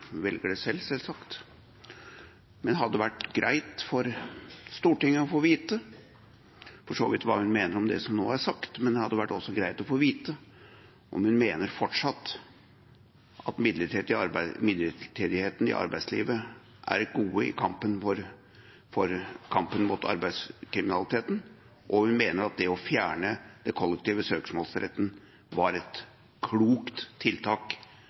velger det selvsagt selv, men det hadde for så vidt vært greit for Stortinget å få vite hva hun mener om det som nå er sagt. Det hadde også vært greit å få vite om hun fortsatt mener at midlertidigheten i arbeidslivet er et gode i kampen mot arbeidslivskriminaliteten, og om hun mener at det å fjerne den kollektive søksmålsretten var et klokt tiltak